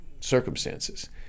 circumstances